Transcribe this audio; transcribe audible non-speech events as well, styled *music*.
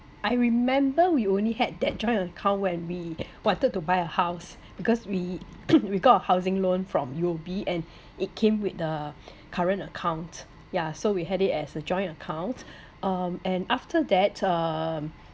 I remember we only had that joint account when we wanted to buy a house because we *coughs* we got a housing loan from U_O_B and it came with the current account yeah so we had it as a joint account um and after that um